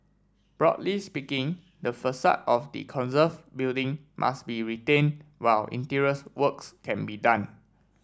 broadly speaking the facade of the conserve building must be retained while interiors works can be done